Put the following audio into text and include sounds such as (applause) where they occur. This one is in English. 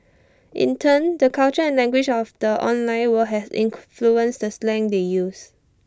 in turn the culture and language of the online world has in (noise) fluency the slang they use